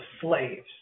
slaves